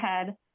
ahead